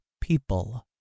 people